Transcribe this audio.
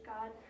God